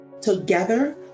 Together